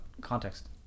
Context